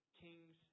kings